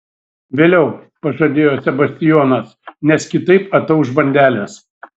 vėliau pažadėjo sebastijonas nes kitaip atauš bandelės